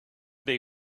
they